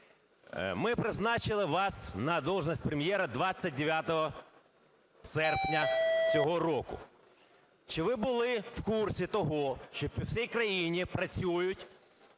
Ми призначили вас на посаду Прем'єра 29 серпня цього року, чи ви були в курсі того, що по всій країні працюють